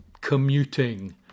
commuting